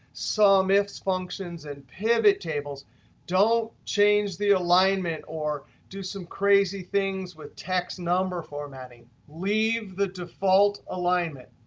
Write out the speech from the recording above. some ifs functions and pivot tables don't change the alignment or do some crazy things with text number formatting. leave the default alignment.